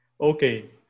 okay